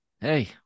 hey